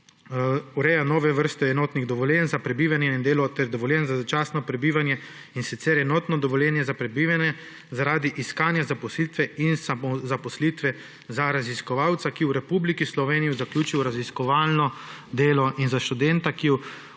»ureja nove vrste enotnih dovoljenj za prebivanje in delo ter dovoljenj za začasno prebivanje, in sicer enotno dovoljenje za prebivanje zaradi iskanja zaposlitve in samozaposlitve za raziskovalca, ki je v Republiki Sloveniji zaključil raziskovalno delo, in za študenta, ki je